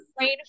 rain